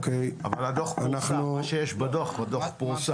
הדו"ח פורסם.